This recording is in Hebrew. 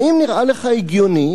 האם נראה לך הגיוני,